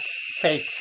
fake